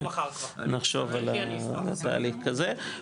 נחשוב על תהליך כזה.